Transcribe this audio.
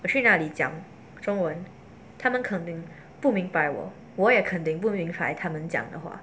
去那里讲中文他们肯定不明白我我也肯定不明白他们讲的话